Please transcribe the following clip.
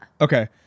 Okay